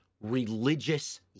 religious